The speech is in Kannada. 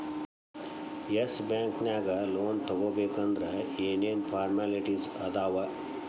ಎಸ್ ಬ್ಯಾಂಕ್ ನ್ಯಾಗ್ ಲೊನ್ ತಗೊಬೇಕಂದ್ರ ಏನೇನ್ ಫಾರ್ಮ್ಯಾಲಿಟಿಸ್ ಅದಾವ?